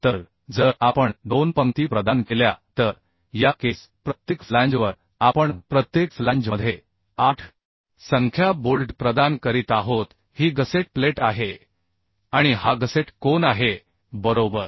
तर जर आपण दोन पंक्ती प्रदान केल्या तर या केस प्रत्येक फ्लॅंजवर आपण प्रत्येक फ्लॅंजमध्ये आठसंख्या बोल्ट प्रदान करीत आहोत ही गसेट प्लेट आहे आणि हा गसेट कोन आहे बरोबर